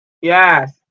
Yes